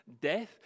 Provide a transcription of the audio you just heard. death